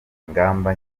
ingamba